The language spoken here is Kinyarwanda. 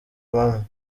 mama